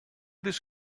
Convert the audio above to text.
this